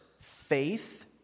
faith